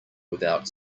without